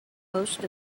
most